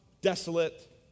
desolate